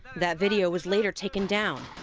that video was later taken down,